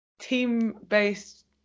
team-based